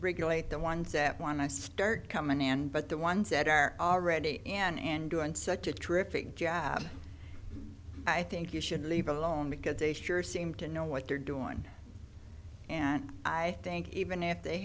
regulate the ones that want to start coming in but the ones that are already in and doing such a terrific job i think you should leave it alone because they sure seem to know what they're doing and i thank you even if they